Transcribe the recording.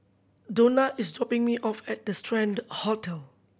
Donna is dropping me off at the Strand Hotel